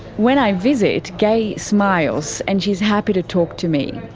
when i visit, gaye smiles, and she is happy to talk to me.